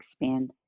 expand